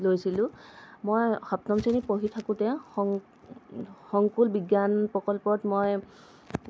লৈছিলোঁ মই সপ্তম শ্ৰেণীত পঢ়ি থাকোঁতে শং শংকুল বিজ্ঞান প্ৰকল্পত মই